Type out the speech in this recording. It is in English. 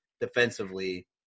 defensively